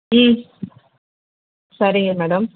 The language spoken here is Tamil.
ம் சரிங்க மேடம்